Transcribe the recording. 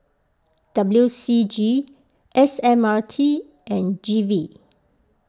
W C G S M R T and G V